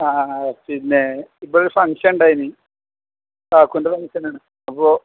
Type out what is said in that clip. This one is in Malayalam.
ആ പിന്നെ ഇവിടെയൊരു ഫങ്ഷൻ ഉണ്ടായിരുന്നു ഫങ്ഷനാണ് അപ്പോള്